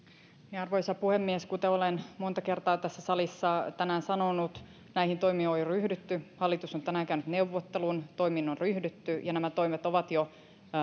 arvoisa puhemies kuten olen monta kertaa tässä salissa tänään sanonut näihin toimiin on jo ryhdytty hallitus on tänään käynyt neuvottelun toimiin on ryhdytty ja nämä toimet ovat jo